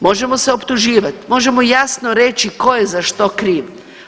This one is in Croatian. Možemo se optuživati, možemo jasno reći tko je za što kriv.